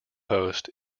host